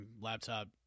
laptop